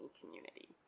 community